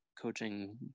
coaching